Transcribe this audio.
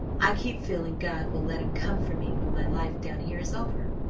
i keep feeling god will let him come for me when my life down here is over.